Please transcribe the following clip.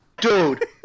dude